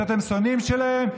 שאתם שונאים שלהם,